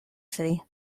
city